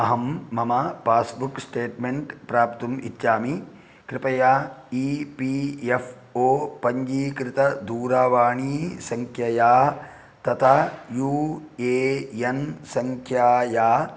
अहं मम passbook statement प्राप्तुम् इच्छामि कृपया ई पी एफ् ओ पञ्जीकृतदूरवाणीसंख्ययाः तथा यू ए एन् संख्यायाः